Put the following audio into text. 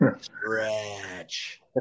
Stretch